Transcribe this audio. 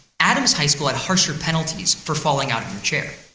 adam's high school had harsher penalties for falling out of a chair.